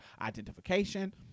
identification